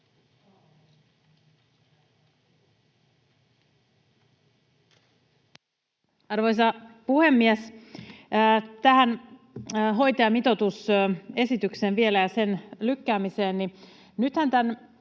Arvoisa puhemies! Tähän hoitajamitoitusesitykseen ja sen lykkäämiseen